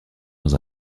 dans